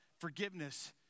forgiveness